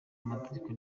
amategeko